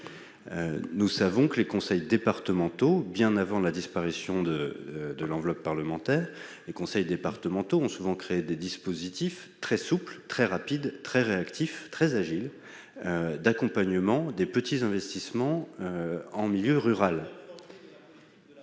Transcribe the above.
Nous savons que les conseils départementaux, bien avant la disparition de la réserve parlementaire, ont souvent créé des dispositifs très souples, très rapides, très réactifs et très agiles pour accompagner les petits investissements en milieu rural.